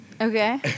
Okay